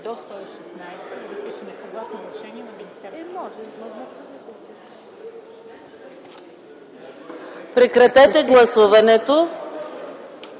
Прекратете гласуването